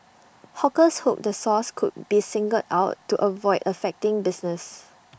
hawkers hoped the source could be singled out to avoid affecting business